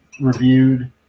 reviewed